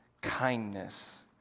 kindness